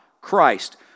Christ